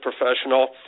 professional